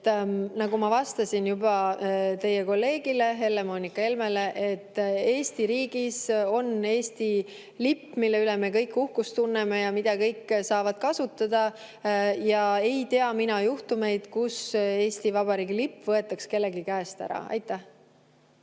Nagu ma vastasin juba teie kolleegile Helle-Moonika Helmele: Eesti riigis on Eesti lipp, mille üle me kõik uhkust tunneme ja mida kõik saavad kasutada. Ja ei tea mina juhtumeid, kus Eesti Vabariigi lipp oleks kelleltki käest ära võetud.